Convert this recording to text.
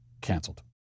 canceled